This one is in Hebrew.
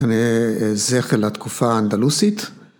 ‫זה נראה זכר לתקופה האנדלוסית.